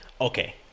Okay